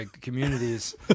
communities